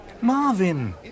Marvin